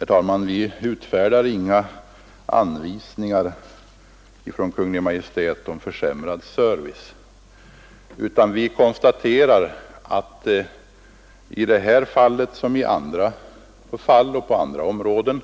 Herr talman! Vi utfärdar inga anvisningar från Kungl. Maj:t om försämrad service, utan vi konstaterar att i detta fall som i andra fall och på andra områden